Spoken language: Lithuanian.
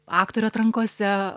aktorių atrankose